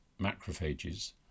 macrophages